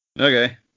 Okay